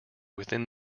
within